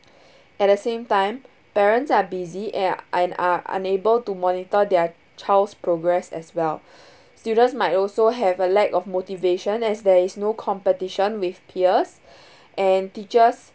at the same time parents are busy and and are unable to monitor their child's progress as well students might also have a lack of motivation as there is no competition with peers and teachers